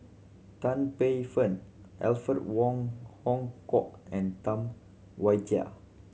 Tan Paey Fern Alfred Wong Hong Kwok and Tam Wai Jia